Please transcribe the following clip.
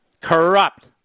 corrupt